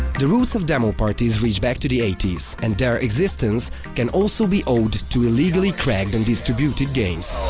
the roots of demoparties reach back to the eighty s, and their existence can also be owed to illegally cracked and distributed games.